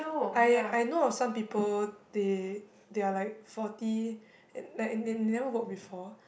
I I know of some people they they're like forty and like and they they never work before